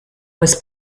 was